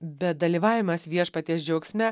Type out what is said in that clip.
bet dalyvavimas viešpaties džiaugsme